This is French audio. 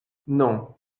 non